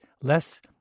less